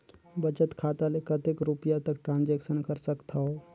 बचत खाता ले कतेक रुपिया तक ट्रांजेक्शन कर सकथव?